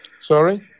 Sorry